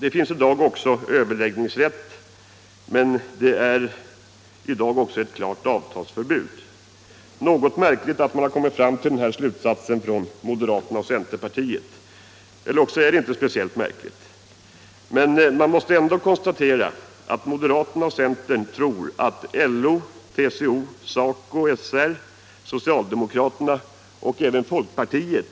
Det finns överläggningsrätt, men det är också ett klart avtalsförbud. Det är något märkligt att moderaterna och centern kommit fram till denna slutsats — eller också är det inte speciellt märkligt. Man måste ändå konstatera att moderaterna och centern tror att LO, TCO, och SACO/SR, socialdemokraterna och även folkpartiet